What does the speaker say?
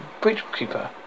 Bridgekeeper